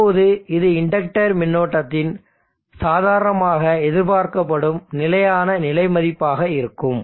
இப்போது இது இண்டக்டர் மின்னோட்டத்தின் சாதாரணமாக எதிர்பார்க்கப்படும் நிலையான நிலை மதிப்பாக இருக்கும்